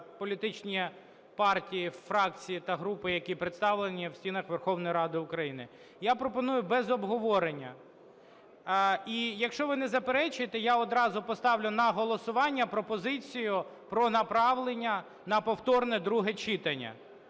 політичні партії, фракції та групи, які представлені в стінах Верховної Ради України. Я пропоную без обговорення. І якщо ви не заперечуєте, я відразу поставлю на голосування пропозицію про направлення на повторне друге читання.